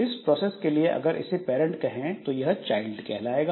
इस प्रोसेस के लिए अगर इसे पैरंट कहें तो यह चाइल्ड कहलाएगा